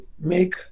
make